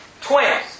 twins